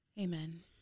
Amen